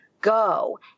go